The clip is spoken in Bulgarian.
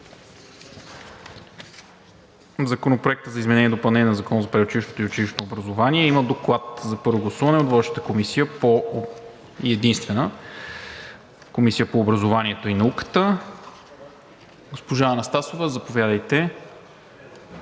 Законопроекта за изменение и допълнение на Закона за предучилищното и училищното образование. Има Доклад за първо гласуване от Водещата комисия и единствена – Комисията по образованието и науката. Госпожо Анастасова, заповядайте,